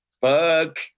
fuck